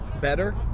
better